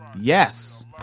Yes